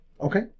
Okay